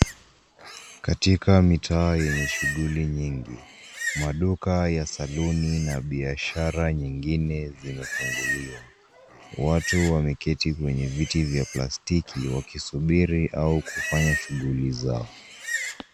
Katika mitaa yenye shughuli nyingi, maduka ya saluni na biashara nyingine zimefunguliwa. Watu wameketi kwenye viti vya plastiki wakisubiri au kufanya shughuli zao.